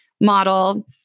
model